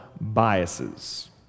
biases